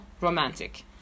romantic